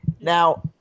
Now